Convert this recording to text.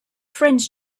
friends